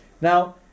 Now